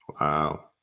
Wow